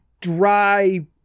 dry